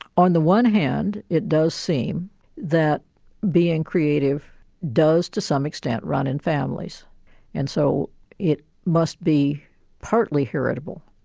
on the one hand it does seem that being creative does to some extent run in families and so it must be partly heritable.